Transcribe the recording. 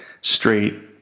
straight